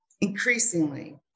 Increasingly